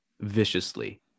viciously